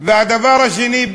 והדבר השני,